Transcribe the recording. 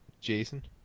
Jason